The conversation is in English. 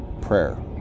prayer